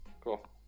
Cool